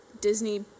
Disney